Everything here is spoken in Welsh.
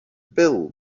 bil